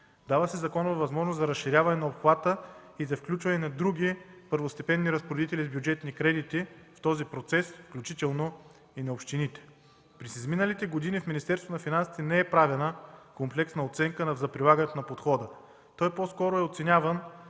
Дава се законова възможност за разширяване на обхвата и за включване на други първостепенни разпоредители с бюджетни кредити в този процес, включително и на общините. През изминалите години в Министерството на финансите не е правена конкретна оценка за прилагането на подхода. Той е оценяван